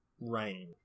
rain